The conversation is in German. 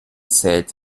zählt